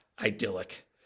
idyllic